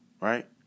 right